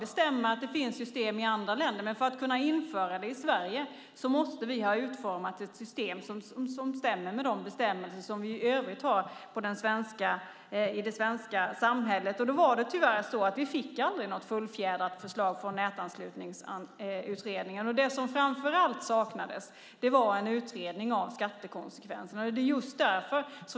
Det stämmer att det finns system i andra länder, men för att kunna införa det i Sverige måste vi ha utformat ett system som stämmer med de bestämmelser som vi i övrigt har i det svenska samhället. Tyvärr fick vi aldrig något fullfjädrat förslag från Nätanslutningsutredningen. Det som framför allt saknades var en utredning av skattekonsekvenserna.